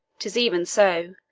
tis even so.